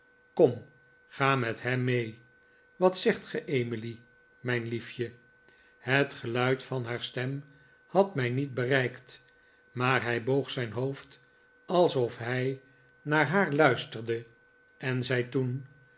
kom ga met hem mee wat zegt ge emily mijn liefje het geluid van haar stem had mij niet bereikt maar hij boog zijn hoofd alsof hij naar haar luisterde en zei toen